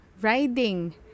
riding